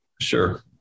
Sure